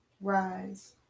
rise